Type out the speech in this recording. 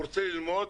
הוא רוצה ללמוד,